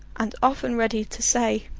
and often ready to say